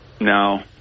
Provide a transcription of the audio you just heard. No